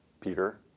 Peter